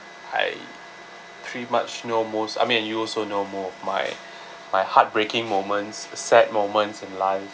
I pretty much know most I mean you also know more my my heartbreaking moments a sad moments in life